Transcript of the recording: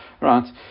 right